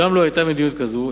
גם לו היתה מדיניות כזו,